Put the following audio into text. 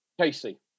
Casey